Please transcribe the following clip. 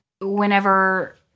whenever